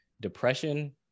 Depression